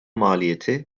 maliyeti